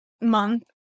Month